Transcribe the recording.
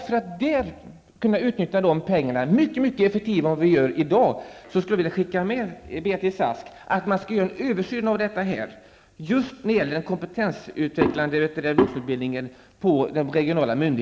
För att kunna utnyttja pengarna mycket effektivare än vad vi gör i dag skulle jag vilja skicka med Beatrice Ask ett förslag att man skall göra en översyn av de regionala myndigheterna när det gäller kompetensutvecklande utbildning.